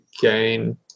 gain